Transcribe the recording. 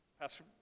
pastor